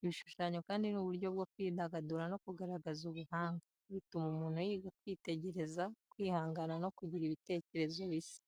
Ibishushanyo kandi ni uburyo bwo kwidagadura no kugaragaza ubuhanga. Bituma umuntu yiga kwitegereza, kwihangana no kugira ibitekerezo bishya.